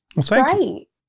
great